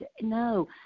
No